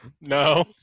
No